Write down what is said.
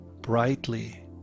brightly